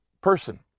person